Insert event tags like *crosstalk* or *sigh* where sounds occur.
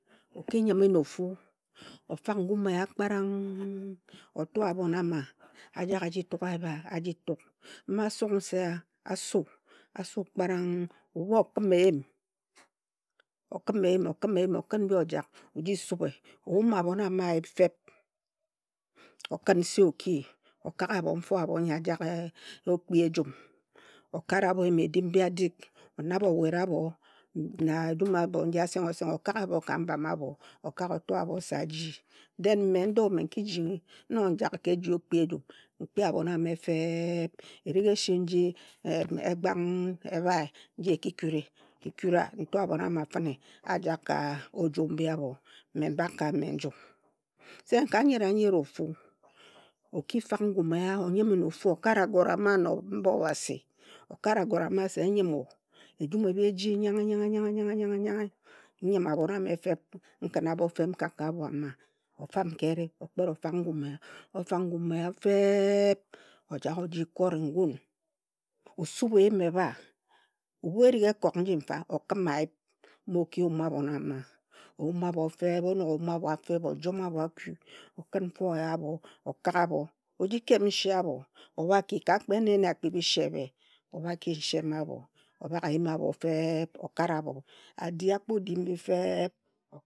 O ki nyime na ofu, ofag ngum eya kpara-n-g, oto abhon a ma, ajag a ji tuk ayip a, aji tuk mma asuk nse a, asu. Kpa-r-a-ng, ebhu okhim eyim, okhim eyim, okhim eyim, okhim eyim, okhin mbi ajag, oji subhe. O yume abhon ama ayip. Feb, okhin nse oki, okak abho mfo abho nyi ajage okpi ejum, okare abho eyim edim mbi adig, onabhe owet abho na ejum abho nji asengha oseng okag abho ka mbam abho, okag oto abho se aji. Then *unintelligible* me ndo me nkij chigi, nnog njak ka eji okpi ejum, nkpi abhon ame feeb, erig eshi nji e egba-e *hesitation* egbang ebhae nji e ki kuri, ekura. Nto abhon ama fine ajak ka oju mbi abho. Mme mbak ka a me nju. Se ka nyera nyera ofu, oki fag ngum eya, onyime na ofu okare agore ama mba Obhasi, okare agore ama se nyime o, ejum ebhi eji nyanghe nyanghe. Nyime abhon ame feb, nkhin abho feb nkak ka abho ama. O fam ka ere, okpet ofag ngum eya, ofag ngum eya feeeb, ojag oji kore ngun, osubhe eyim ebha, ebhu erig ekok nji fa, okhim ayip mma oki yume abhon ama, oyume abho feeb, onog oyume abho feb, ojome abho aku, okhin nfo abho okak abho, oji keb nshe abho obhaki ka kpe en en akpu bishe ebhe, o ki nshe mma abho, obhag eyim abho feeb okara bho, a di. A kpo di mbi feeb.